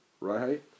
right